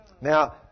Now